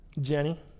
Jenny